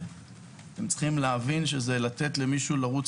אתם צריכים להבין שזה כמו לתת למישהו לרוץ